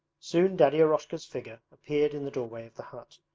soon daddy eroshka's figure appeared in the doorway of the hut,